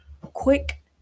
quick